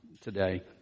today